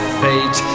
fate